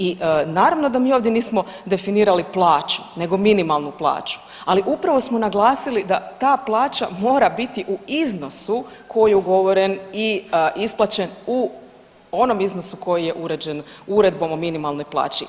I naravno da mi ovdje nismo definirali plaću, nego minimalnu plaću, ali upravo smo naglasili da ta plaća mora biti u iznosu koji je ugovoren i isplaćen u onom iznosu koji je uređen uredbom o minimalnoj plaći.